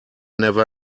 never